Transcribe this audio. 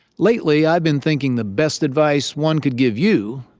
lately, i've been thinking the best advice one could give you,